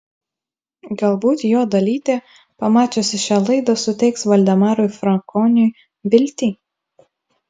galbūt jo dalytė pamačiusi šią laidą suteiks valdemarui frankoniui viltį